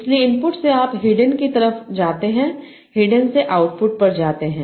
इसलिए इनपुट से आप हिडेन की तरफ जाते हैं हिडेन से आउटपुट पर जाते हैं